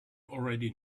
already